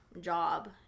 job